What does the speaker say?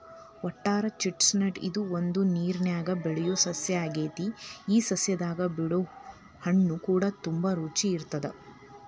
water chestnut ಇದು ಒಂದು ನೇರನ್ಯಾಗ ಬೆಳಿಯೊ ಸಸ್ಯ ಆಗೆತಿ ಈ ಸಸ್ಯದಾಗ ಬಿಡೊ ಹಣ್ಣುಕೂಡ ತುಂಬಾ ರುಚಿ ಇರತ್ತದ